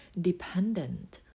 dependent